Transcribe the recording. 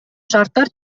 шарттар